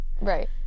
Right